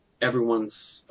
everyone's –